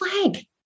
flag